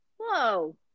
Whoa